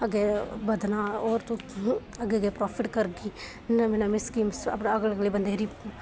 अग्गें बधना होर तूं अग्गें अग्गें प्रोफिट करगी नमें नमें स्कीम अगले बंदे गी